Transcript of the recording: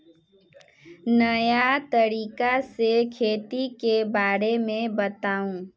नया तरीका से खेती के बारे में बताऊं?